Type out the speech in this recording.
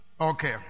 okay